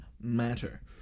matter